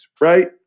right